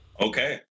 Okay